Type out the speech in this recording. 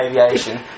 aviation